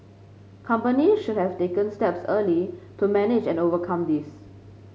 companies should have taken steps early to manage and overcome this